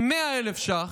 100,000 ש"ח,